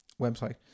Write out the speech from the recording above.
website